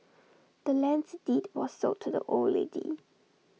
the land's deed was sold to the old lady